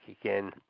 again